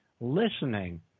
listening